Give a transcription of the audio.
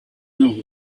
know